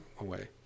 away